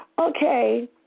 Okay